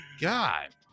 God